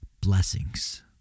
blessings